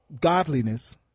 godliness